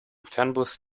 fernbus